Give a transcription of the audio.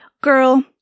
Girl